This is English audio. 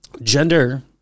gender